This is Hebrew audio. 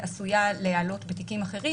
שעשויה לעלות בתיקים אחרים,